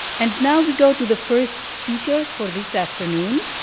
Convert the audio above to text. and now we go to the first speaker for this afternoon,